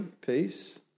peace